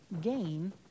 gain